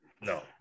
No